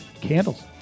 candles